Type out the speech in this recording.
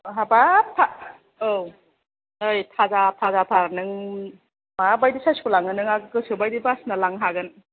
हाबाब औ नै थाजा थाजाथार नों माबायदि साइसखौ लांनो नों गोसोबायदि बासिनानै लांनो हागोन